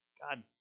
God